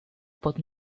pot